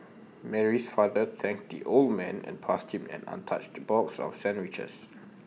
Mary's father thanked the old man and passed him an untouched box of sandwiches